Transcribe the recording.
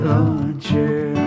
Launcher